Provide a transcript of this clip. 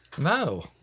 No